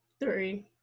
three